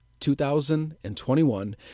2021